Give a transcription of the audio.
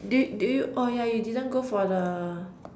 do you do you oh yeah you didn't go for the